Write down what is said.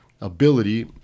ability